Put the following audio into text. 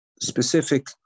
specific